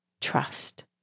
trust